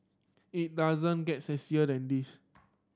it doesn't get sexier than this